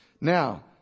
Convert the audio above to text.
Now